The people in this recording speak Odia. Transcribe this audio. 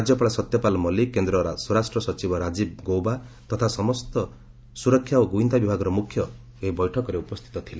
ରାଜ୍ୟପାଳ ସତ୍ୟପାଲ ମଲିକ୍ କେନ୍ଦ୍ର ସ୍ୱରାଷ୍ଟ୍ର ସଚିବ ରାଜ୍ଞୀବ ଗୌବା ତଥା ସମସ୍ତ ସୁରକ୍ଷା ଓ ଗୁଇନ୍ଦା ବିଭାଗର ମୁଖ୍ୟ ଏହି ବୈଠକରେ ଉପସ୍ଥିତ ଥିଲେ